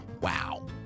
Wow